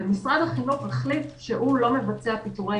משרד החינוך החליט שהוא לא מבצע פיטורי